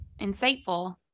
insightful